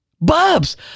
bubs